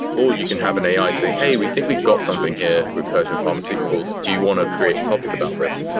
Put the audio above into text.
or you can have an ai say, hey, we think we've got something here, recursion pharmaceuticals. do you want to create a topic about this?